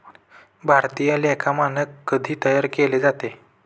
भारतीय लेखा मानक कधी तयार केले जाते?